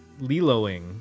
Liloing